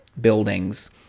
buildings